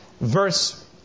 Verse